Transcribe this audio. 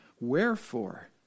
Wherefore